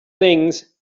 things